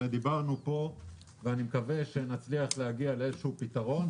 דיברנו פה ואני מקווה שנצליח להגיע לאיזשהו פתרון.